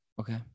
okay